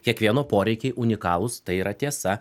kiekvieno poreikiai unikalūs tai yra tiesa